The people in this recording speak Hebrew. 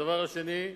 דבר שני,